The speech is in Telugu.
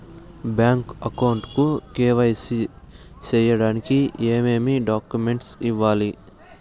బ్యాంకు అకౌంట్ కు కె.వై.సి సేయడానికి ఏమేమి డాక్యుమెంట్ ఇవ్వాలి?